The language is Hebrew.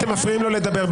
אתם מפריעים לו לדבר,